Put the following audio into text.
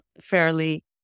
fairly